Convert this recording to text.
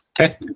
Okay